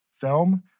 film